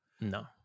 No